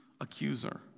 accuser